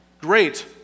great